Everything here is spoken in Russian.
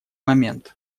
момент